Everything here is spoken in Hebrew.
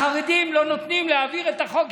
החרדים לא נותנים להעביר את החוק.